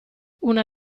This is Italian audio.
una